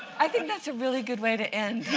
i think that's a really good way to end.